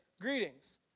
greetings